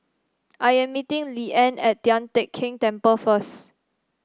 I am meeting Leanne at Tian Teck Keng Temple first